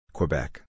Quebec